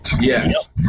Yes